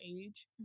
age